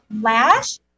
Lash